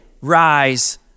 rise